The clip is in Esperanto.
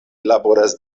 laboras